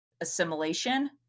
assimilation